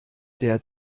der